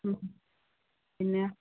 ꯎꯝ ꯑꯩꯅꯦ